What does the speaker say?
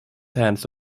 hands